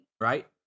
right